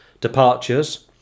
departures